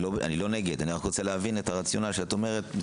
אני לא נגד רק רוצה להבין את הרציונל שאת אומרת.